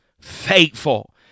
faithful